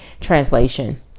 translation